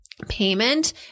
payment